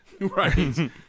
Right